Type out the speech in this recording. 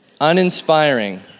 uninspiring